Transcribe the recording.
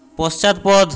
পশ্চাৎপদ